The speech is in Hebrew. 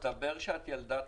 מסתבר שאת ילדת